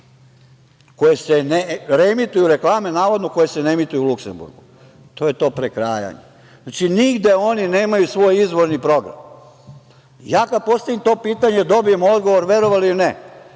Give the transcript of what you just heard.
tome, reemituju, navodno, reklame koje se ne emituju u Luksenburgu. To je to prekrajanje. Nigde oni nemaju svoj izvorni program. Ja kada postavim to pitanje dobijem odgovor, verovali ili ne,